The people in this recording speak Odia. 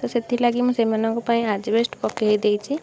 ତ ସେଥିଲାଗି ମୁଁ ସେମାନଙ୍କ ପାଇଁ ଆଜବେଷ୍ଟ୍ ପକେଇଦେଇଛି